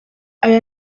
aya